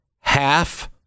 Half